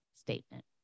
statement